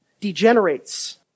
degenerates